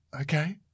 Okay